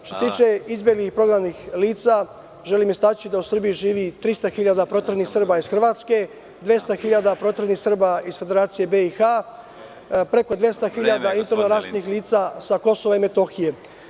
Što se tiče izbeglih i prognanih lica, želim istaći da u Srbiji živi 300 hiljada proteranih Srba iz Hrvatske, 200 hiljada proteranih Srba iz Federacije BiH, preko 200 hiljada interno raseljenih lica sa Kosova i Metohije.